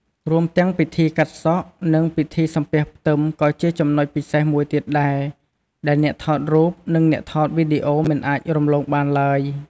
រួមទាំងពិធីកាត់សក់ និងពិធីសំពះផ្ទឹមក៏ជាចំណុចពិសេសមួយទៀតដែរ ដែលអ្នកថតរូបនិងអ្នកថតវីដេអូមិនអាចរំលងបានឡើយ។